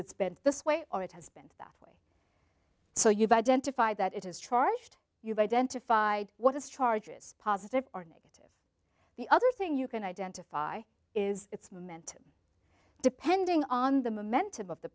it's bent this way or it has been so you've identified that it is charged you've identified what is charges positive or negative the other thing you can identify is it's meant depending on the momentum of the